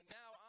now